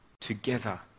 together